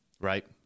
Right